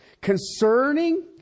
concerning